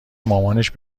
مامانش